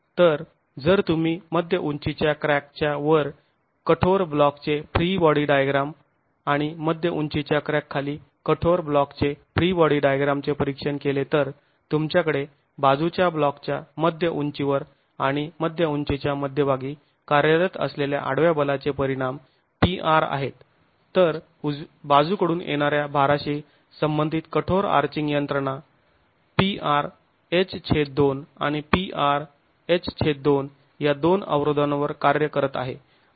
तर जर तुम्ही मध्य उंचीच्या क्रॅकच्यावर कठोर ब्लॉकचे फ्री बॉडी डायग्राम आणि मध्य उंचीच्या क्रॅक खाली कठोर ब्लॉकचे फ्री बॉडी डायग्राम चे परिक्षण केले तर तुमच्याकडे बाजूच्या ब्लॉकच्या मध्य उंचीवर आणि मध्य उंचीच्या मध्यभागी कार्यरत असलेल्या आडव्या बलाचे परिणाम pr आहेत तर बाजूकडून येणाऱ्या भाराशी संबंधित कठोर आर्चिंग यंत्रणा prh2 आणि prh2 या दोन अवरोधांवर कार्य करत आहे